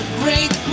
great